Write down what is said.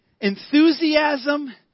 enthusiasm